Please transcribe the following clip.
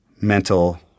mental